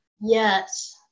Yes